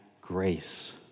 grace